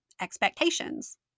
expectations